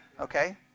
Okay